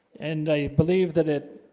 and i believe that it